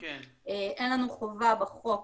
אין לנו חובה בחוק